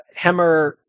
Hemmer